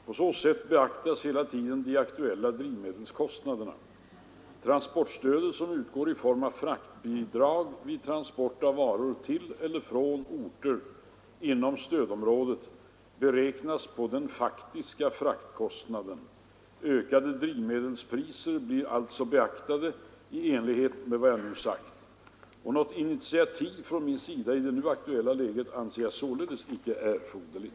På så sätt beaktas hela tiden de aktuella drivmedelskostnaderna. Transportstödet, som utgår i form av fraktbidrag vid transport av varor till eller från orter inom stödområdet, beräknas på den faktiska fraktkostnaden. Ökade drivmedelspriser blir alltså beaktade i enlighet med vad jag nu sagt. Något initiativ från min sida i det nu aktuella läget anser jag således inte erforderligt.